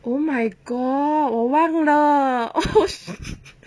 oh my god 我忘了